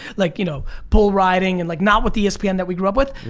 like you know bull riding and like not what the espn that we grew up with.